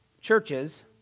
churches